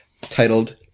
titled